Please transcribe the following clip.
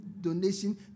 donation